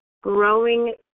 growing